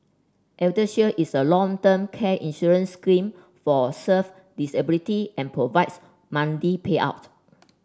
eldershield is a long term care insurance scheme for serve disability and provides monthly payout